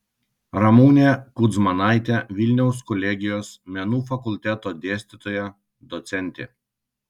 ramunė kudzmanaitė vilniaus kolegijos menų fakulteto dėstytoja docentė